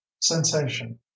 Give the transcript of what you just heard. sensation